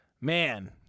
Man